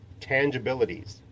tangibilities